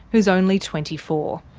who's only twenty four.